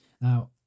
now